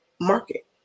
market